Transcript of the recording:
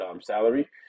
salary